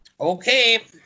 Okay